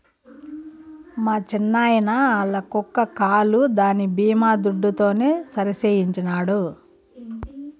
మా చిన్నాయిన ఆల్ల కుక్క కాలు దాని బీమా దుడ్డుతోనే సరిసేయించినాడు